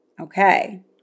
Okay